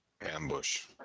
ambush